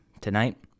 tonight